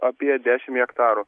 apie dešimt hektarų